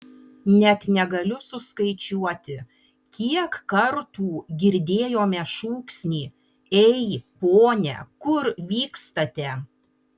net negaliu suskaičiuoti kiek kartų girdėjome šūksnį ei pone kur vykstate